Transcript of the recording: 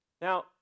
Now